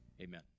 Amen